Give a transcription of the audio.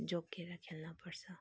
जोगिएर खेल्नपर्छ